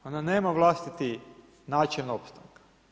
Ona nema vlastiti način opstanka.